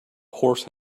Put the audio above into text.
horse